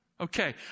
Okay